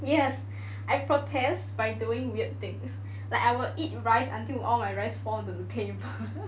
yes I protest by doing weird things like I will eat rice until all my rice fall onto the table